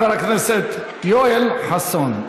חבר הכנסת יואל חסון.